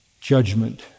judgment